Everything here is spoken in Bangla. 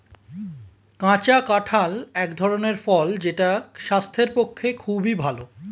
কাঁচা কাঁঠাল এক ধরনের ফল যেটা স্বাস্থ্যের পক্ষে খুবই ভালো